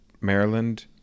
Maryland